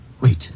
Wait